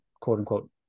quote-unquote